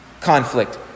conflict